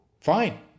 Fine